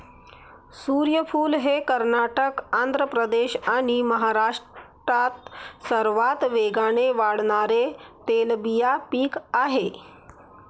सूर्यफूल हे कर्नाटक, आंध्र प्रदेश आणि महाराष्ट्रात सर्वात वेगाने वाढणारे तेलबिया पीक आहे